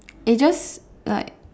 it's just like